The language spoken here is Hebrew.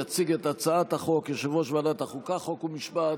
יציג את הצעת החוק יושב-ראש ועדת החוקה, חוק ומשפט